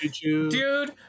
dude